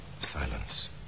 Silence